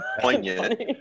poignant